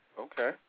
Okay